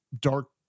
dark